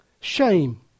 Shame